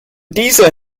dieser